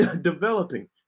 developing